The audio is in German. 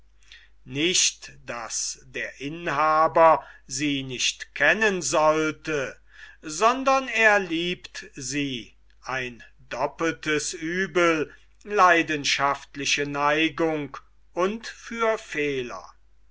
nicht daß der inhaber sie nicht kennen sollte sondern er liebt sie ein doppeltes uebel leidenschaftliche neigung und für fehler